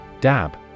Dab